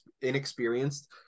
inexperienced